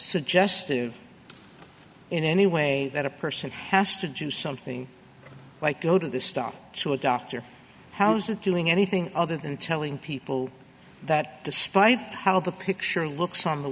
suggestive in any way that a person has to do something like go to this stuff to a doctor how's that doing anything other than telling people that despite how the picture looks on the